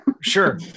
Sure